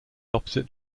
opposite